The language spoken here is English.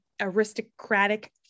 aristocratic